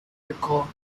recall